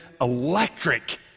electric